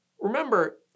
Remember